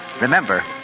Remember